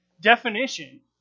definition